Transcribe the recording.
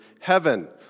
heaven